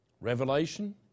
Revelation